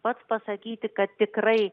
pats pasakyti kad tikrai